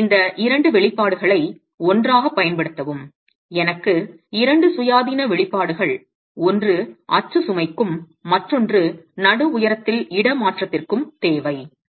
இந்த 2 வெளிப்பாடுகளை ஒன்றாகப் பயன்படுத்தவும் எனக்கு 2 சுயாதீன வெளிப்பாடுகள் ஒன்று அச்சு சுமைக்கும் மற்றொன்று நடு உயரத்தில் இடமாற்றத்திற்கும் தேவை